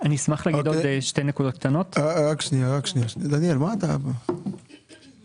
בנק ישראל, לגבי המלאי הקיים